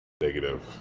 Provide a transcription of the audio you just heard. Negative